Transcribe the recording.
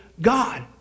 God